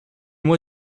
moi